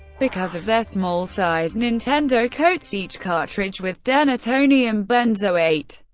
because of their small size, nintendo coats each cartridge with denatonium benzoate,